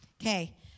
Okay